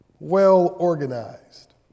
well-organized